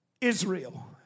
Israel